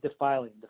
defiling